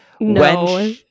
No